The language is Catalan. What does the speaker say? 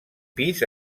pis